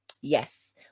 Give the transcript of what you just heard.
yes